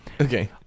Okay